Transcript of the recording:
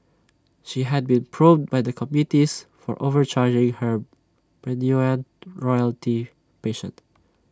she had been probed by the committees for overcharging her Bruneian royalty patient